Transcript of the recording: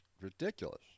Ridiculous